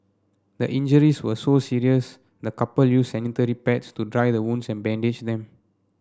the injuries were so serious the couple used sanitary pads to dry the wounds and bandage them